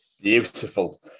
Beautiful